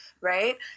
right